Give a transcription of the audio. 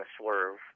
swerve